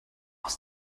aus